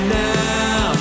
now